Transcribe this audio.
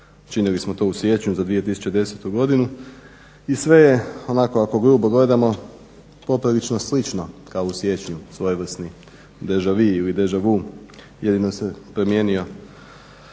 činili smo to u siječnju za 2010. i sve je onako ako grubo gledamo poprilično slično kao u siječnju, svojevrsni deja vu, jedino se promijenio